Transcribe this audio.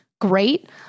great